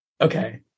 Okay